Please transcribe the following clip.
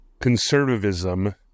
conservatism